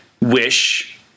wish